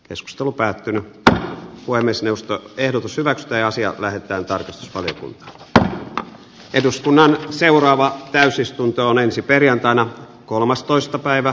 keskustelu päättynyttä voi myös nousta ehdotus hyväksynee asian lähettää tarkistetaan että eduskunnan seuraavaan täysistuntoon ensi perjantaina kolmastoista päivä